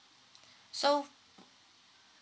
so